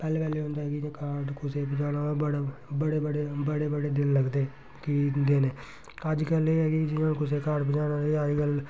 पैह्ले पैह्ले होंदा कि जियां कि कार्ड कुसै गी पजाना होऐ बड़ा बड़े बड़े बड़े बड़े दिन लगदे कि देने अज्जकल एह् ऐ कि जे जियां कुसै कार्ड पजानै होऐ ते अज्जकल